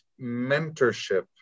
mentorship